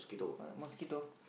what mosquito